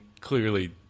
clearly